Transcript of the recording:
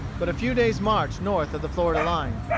but a few days' march north of the florida line.